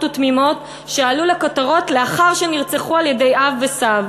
ותמימות שעלו לכותרות לאחר שנרצחו על-ידי אב וסב.